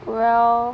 well